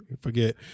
Forget